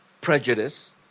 prejudice